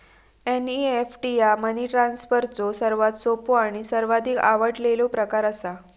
NEFT ह्या money ट्रान्सफरचो सर्वात सोपो आणि सर्वाधिक आवडलेलो प्रकार असा